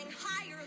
higher